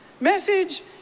Message